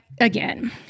again